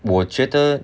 我觉得